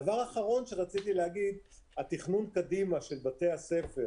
דבר אחרון שרציתי לומר זה לגבי התכנון קדימה של בתי הספר